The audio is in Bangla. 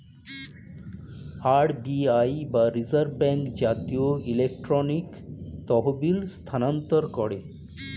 আর.বি.আই বা রিজার্ভ ব্যাঙ্ক জাতীয় ইলেকট্রনিক তহবিল স্থানান্তর করে